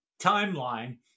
timeline